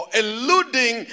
eluding